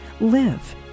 Live